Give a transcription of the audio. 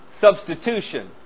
substitution